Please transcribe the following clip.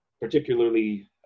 particularly